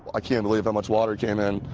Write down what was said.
i can't believe how much water came in,